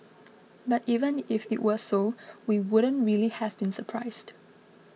but even if it were so we wouldn't really have been surprised